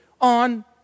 on